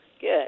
Good